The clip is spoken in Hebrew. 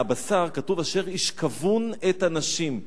מהבשר, כתוב: "אשר ישכבון את הנשים".